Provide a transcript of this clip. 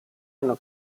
hanno